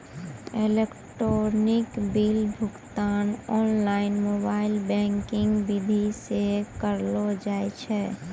electronic bill भुगतान online mobile banking विधि से करलो जाय छै